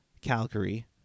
Calgary